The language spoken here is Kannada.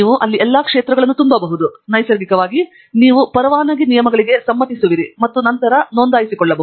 ನೀವು ಎಲ್ಲಾ ಕ್ಷೇತ್ರಗಳನ್ನು ತುಂಬಬಹುದು ನೈಸರ್ಗಿಕವಾಗಿ ನೀವು ಪರವಾನಗಿ ನಿಯಮಗಳಿಗೆ ಸಮ್ಮತಿಸುವಿರಿ ಮತ್ತು ನಂತರ ನೋಂದಾಯಿಸಿಕೊಳ್ಳಬಹುದು